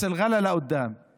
להבא רק יוקר.)